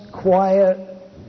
quiet